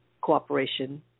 cooperation